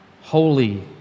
Holy